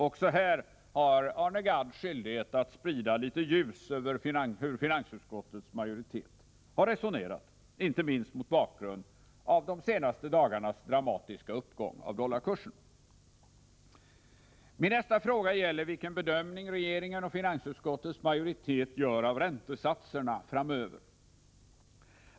Också här har Arne Gadd skyldighet att sprida ljus över hur finansutskottets majoritet har resonerat — inte minst mot bakgrund av de senaste dagarnas dramatiska uppgång av dollarkursen. Min nästa fråga gäller vilken bedömning regeringen och finansutskottets majoritet gör av räntesatserna framöver.